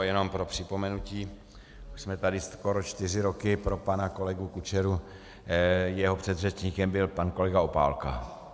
Jenom pro připomenutí, už jsme tady skoro čtyři roky, pro pana kolegu Kučeru, jeho předřečníkem byl pan kolega Opálka.